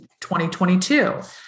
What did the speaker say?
2022